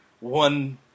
One